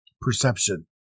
Perception